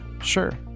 sure